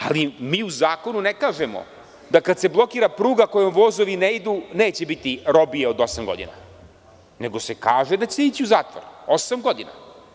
Ali, mi u zakonu ne kažemo da kad se blokira pruga kojom vozovi ne idu neće biti robije od osam godina nego se kaže da će se ići u zatvor, osam godina.